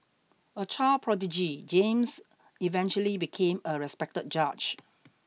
a child prodigy James eventually became a respected judge